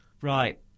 Right